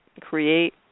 create